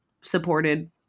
supported